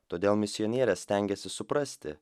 todėl misionierė stengėsi suprasti